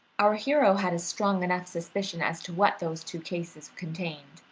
our hero had a strong enough suspicion as to what those two cases contained,